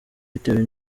bitewe